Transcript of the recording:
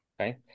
Okay